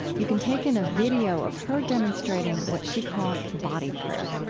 you can take in a video of her demonstrating what she calls body prayer.